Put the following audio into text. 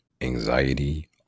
Anxiety